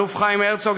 האלוף חיים הרצוג,